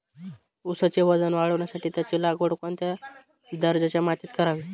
ऊसाचे वजन वाढवण्यासाठी त्याची लागवड कोणत्या दर्जाच्या मातीत करावी?